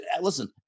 listen